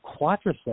quadriceps